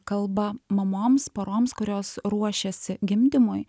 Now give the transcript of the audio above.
kalba mamoms poroms kurios ruošiasi gimdymui